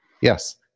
Yes